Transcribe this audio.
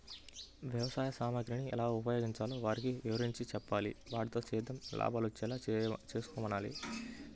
వ్యవసాయ సామగ్రిని ఎలా ఉపయోగించాలో వారికి వివరించి చెప్పాలి, వాటితో సేద్యంలో లాభాలొచ్చేలా చేసుకోమనాలి